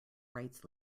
rights